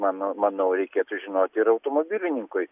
mana manau reikėtų žinoti ir automobilininkui